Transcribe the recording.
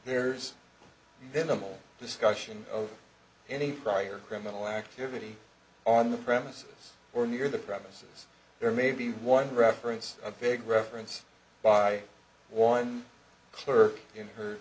there's minimal discussion of any prior criminal activity on the premises or near the premises there may be one reference a big reference by one clerk in her